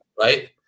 Right